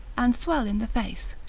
and swell in the face,